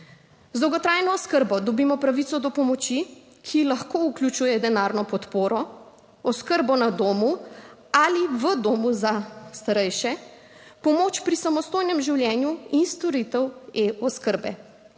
Z dolgotrajno oskrbo dobimo pravico do pomoči, ki lahko vključuje denarno podporo, oskrbo na domu ali v domu za starejše, pomoč pri samostojnem življenju in storitev e-oskrbe.